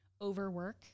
overwork